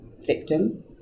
victim